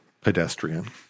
pedestrian